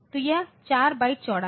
तो यह 4 बाइट चौड़ा है